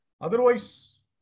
Otherwise